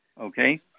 okay